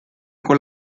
con